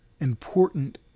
important